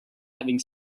having